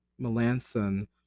Melanson